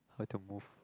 how to move